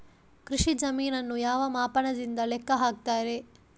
ಕೃಷಿ ಜಮೀನನ್ನು ಯಾವ ಮಾಪನದಿಂದ ಲೆಕ್ಕ ಹಾಕ್ತರೆ?